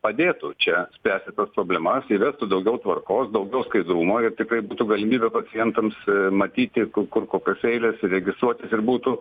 padėtų čia spręsti problemas įvestų daugiau tvarkos daugiau skaidrumo ir tikrai būtų galimybė pacientams matyti kur kokios eilės ir registruotis ir būtų